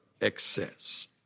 excess